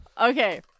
Okay